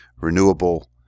renewable